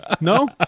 No